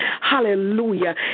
Hallelujah